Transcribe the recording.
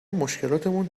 مشکلاتمون